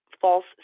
false